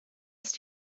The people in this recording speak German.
ist